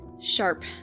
sharp